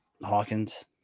hawkins